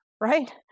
right